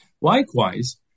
Likewise